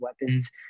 weapons